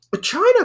China